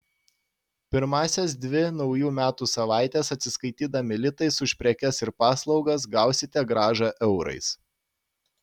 pirmąsias dvi naujų metų savaites atsiskaitydami litais už prekes ir paslaugas gausite grąžą eurais